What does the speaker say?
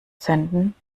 senden